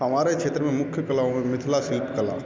हमारे क्षेत्र में मुख्य कलाओं में मिथिला शिल्प कला